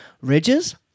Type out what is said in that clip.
ridges